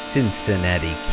Cincinnati